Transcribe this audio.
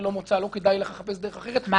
כפי שאמרתי, לא